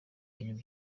ibintu